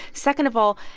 second of all,